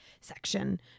section